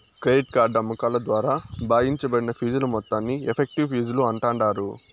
credit card అమ్మకాల ద్వారా భాగించబడిన ఫీజుల మొత్తాన్ని ఎఫెక్టివ్ ఫీజులు అంటాండారు